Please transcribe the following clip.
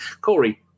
Corey